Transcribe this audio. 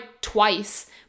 twice